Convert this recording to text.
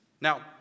Now